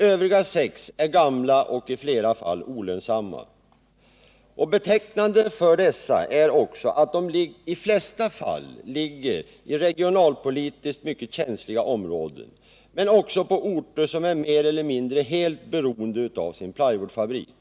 Övriga är gamla och i flera fall olönsamma. Betecknande för dessa är också att de i de flesta fall ligger i regionalpolitiskt mycket känsliga områden men också på orter som är mer eller mindre beroende av sin plywoodfabrik.